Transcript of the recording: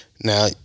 now